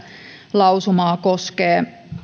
lausumaa koskevat